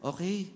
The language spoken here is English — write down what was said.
Okay